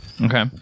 Okay